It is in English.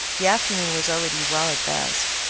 the afternoon was already well advanced.